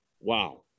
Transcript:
wow